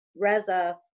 Reza